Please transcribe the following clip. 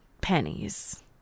pennies